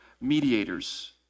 mediators